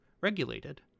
regulated